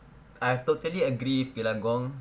I totally agree bila gong